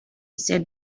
said